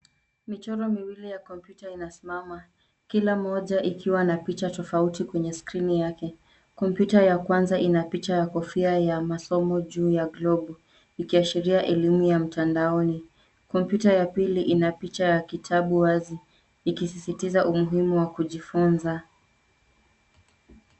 Michoro miwili ya kompyuta inasimama kila moja ikiwa na picha tofauti kwenye skrini yake. Kompyuta ya kwanza ina picha ya kofia ya masomo juu ya globu ikiashiria elimu ya mtandaoni .Kompyuta ya pili ina picha ya kitabu wazi ikisisitiza umuhimu wa kujifunza.